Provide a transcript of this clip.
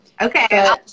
Okay